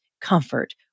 comfort